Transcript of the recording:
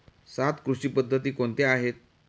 सात कृषी पद्धती कोणत्या आहेत?